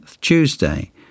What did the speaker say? Tuesday